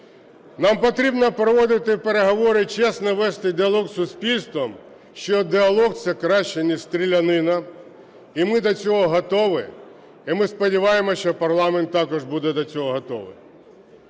Нам потрібно проводити переговори, чесно вести діалог із суспільством, що діалог – це краще, ніж стрілянина. І ми до цього готові, і ми сподіваємося, що парламент також буде до цього готовий.